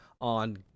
on